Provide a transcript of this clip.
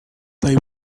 they